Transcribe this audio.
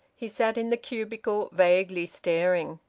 he sat in the cubicle vaguely staring.